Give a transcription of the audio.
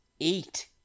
eight